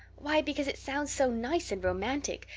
why, because it sounds so nice and romantic,